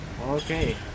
Okay